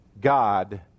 God